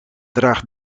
draagt